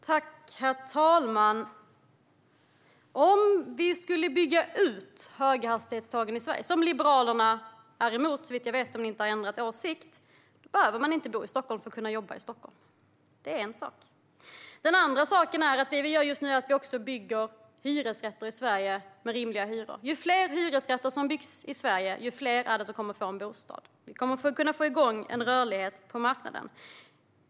Herr talman! Om vi bygger ut höghastighetstågen i Sverige, vilket Liberalerna är emot såvitt jag vet och de inte har ändrat åsikt, behöver man inte bo i Stockholm för att kunna jobba i Stockholm. Det är en sak. En annan sak är att vi i Sverige just nu bygger hyresrätter med rimliga hyror. Ju fler hyresrätter som byggs i Sverige, desto fler kommer att få en bostad. Vi kommer att få igång en rörlighet på marknaden.